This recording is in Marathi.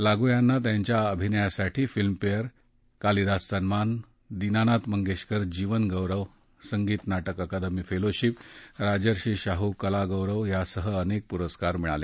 लागू यांना त्यांच्या अभिनयासाठी फिल्मफेअर कालिदास सन्मान दीनानाथ मंगेशकर जीवनगौरव संगीत नाटक अकादमी फेलोशिप राजश्री शाहू कला गौरवसह अनेक प्रस्कारही मिळाले